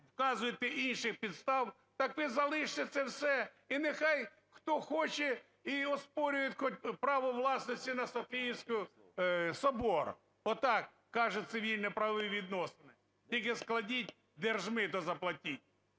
вказуєте "інших підстав", так ви залиште це все і нехай хто хоче і оспорює право власності на Софійський собор. Отак кажуть цивільно-правові відносини. Тільки складіть держмито, заплатіть.